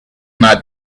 not